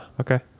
Okay